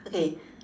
okay